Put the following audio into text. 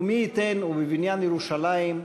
ומי ייתן ובבניין ירושלים,